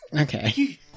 Okay